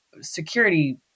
security